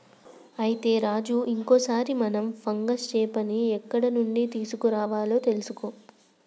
అయితే రాజు ఇంకో సారి మనం ఫంగస్ చేపని ఎక్కడ నుండి తీసుకురావాలో తెలుసుకో